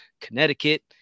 Connecticut